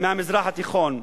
של המזרח התיכון.